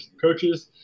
coaches